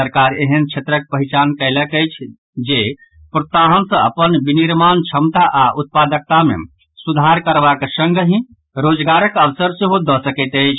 सरकार एहेन क्षेत्रक पहिचान कयलक अछि जे प्रोत्साहन सॅ अपन विनिर्माण क्षमता आओर उत्पादकता मे सुधार करबाक संगहि रोजगारक अवसर सेहो दऽ सकैत अछि